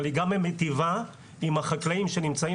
אבל היא גם מיטיבה עם החקלאים שנמצאים